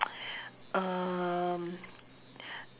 um